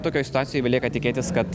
tokioj situacijoj belieka tikėtis kad